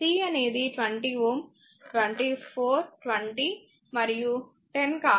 C అనేది 20 Ω 24 20 మరియు 10 కావచ్చు